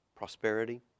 Prosperity